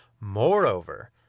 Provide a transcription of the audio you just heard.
Moreover